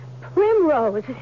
Primrose